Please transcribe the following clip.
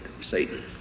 Satan